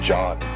John